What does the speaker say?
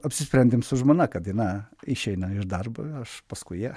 apsisprendėm su žmona kad na išeina iš darbo aš paskui ją